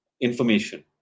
information